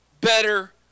better